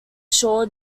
sure